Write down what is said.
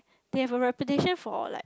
they have a reputation for like